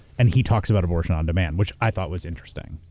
and he talks about abortion on demand, which i thought was interesting.